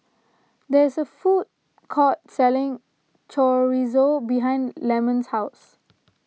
there is a food court selling Chorizo behind Lemon's house